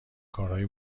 کارهای